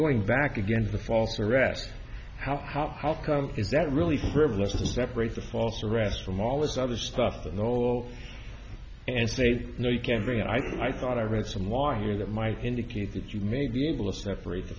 going back again to the false arrest how how how come is that really frivolous to separate the false arrest from all this other stuff in the hole and say no you can't bring it i think i thought i read some wire here that might indicate that you may be able to separate the